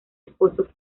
esposo